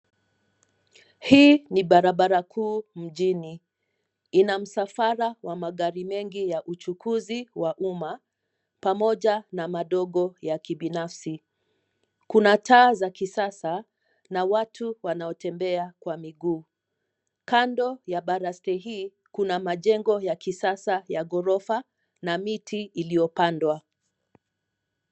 Hii ni barabara kuu mjini. Ina msafara wa magari mengi ya uchukuzi wa umma, pamoja na madogo ya kibinafsi. Kuna taa za kisasa na watu wanaotembea kwa miguu. Kando ya baraste hii kuna majengo ya kisasa ya ghorofa na miti iliyopandwa.